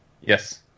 Yes